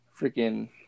freaking